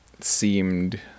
seemed